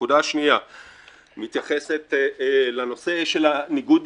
הנקודה השנייה מתייחסת לנושא של ניגוד